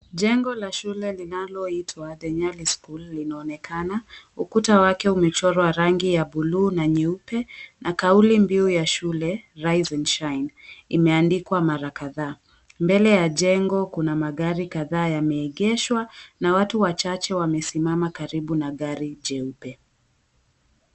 Jengo la shule linaloitwa The Nyali School linaonekana ukuta wake umechorwa rangi ya buluu na nyeupe na kauli mbiu ya shule Rise And Shine imeandikwa mara kadhaa mbele ya jengo kuna magari kadhaa yameegeshwa na watu wachache wamesimama karibu na gari jeupe.